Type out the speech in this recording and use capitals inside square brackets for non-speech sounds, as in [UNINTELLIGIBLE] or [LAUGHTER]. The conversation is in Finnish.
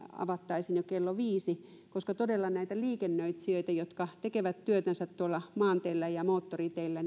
avattaisiin jo kello viisi koska todella monet näistä liikennöitsijöistä jotka tekevät työtänsä tuolla maanteillä ja moottoriteillä [UNINTELLIGIBLE]